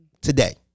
today